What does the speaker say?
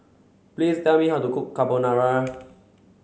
please tell me how to cook Carbonara